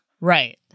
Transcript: Right